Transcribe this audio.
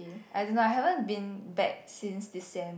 I don't know I haven't been back since this sem